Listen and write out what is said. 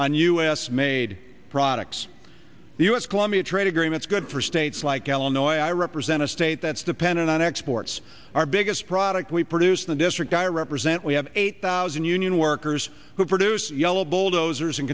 on us made products the u s colombia trade agreements good for states like illinois i represent a state that's dependent on exports our biggest product we produce in the district i represent we have eight thousand union workers who produce yellow bulldozers